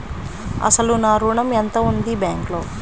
అసలు నా ఋణం ఎంతవుంది బ్యాంక్లో?